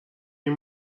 این